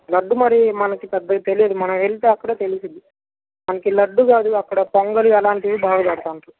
లడ్డు మరి మనకి పెద్దగా తెలీదు మనం వెళితే అక్కడ తెలుస్తుంది మనకి లడ్డు కాదు అక్కడ పొంగలి అలాంటివి బాగా పెడుతుంటారు